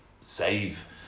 save